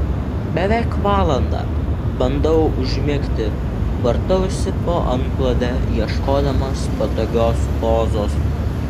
beveik valandą bandau užmigti vartausi po antklode ieškodamas patogios pozos